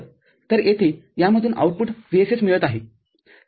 तर येथे यामधून आउटपुट VSS मिळत आहे ठीक आहे